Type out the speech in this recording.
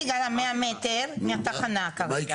אני גרה 100 מטר מהתחנה כרגע.